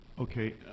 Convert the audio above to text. Okay